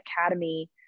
Academy